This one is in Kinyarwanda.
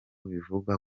bivugwa